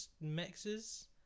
mixes